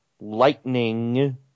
lightning